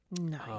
Nice